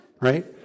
right